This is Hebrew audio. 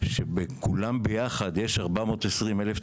כשבכולם ביחד יש 420,000 תלמידים,